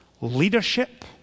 leadership